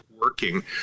working